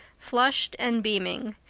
flushed and beaming,